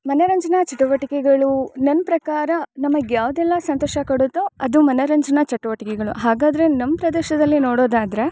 ಮನೋರಂಜನಾ ಚಟುವಟಿಕೆಗಳು ನನ್ನ ಪ್ರಕಾರ ನಮಗೆ ಯಾವುದೆಲ್ಲಾ ಸಂತೋಷ ಕೊಡುತ್ತೋ ಅದು ಮನರಂಜನಾ ಚಟುವಟಿಕೆಗಳು ಹಾಗಾದರೆ ನಮ್ಮ ಪ್ರದೇಶದಲ್ಲಿ ನೋಡೋದಾದರೆ